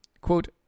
Quote